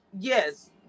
Yes